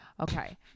okay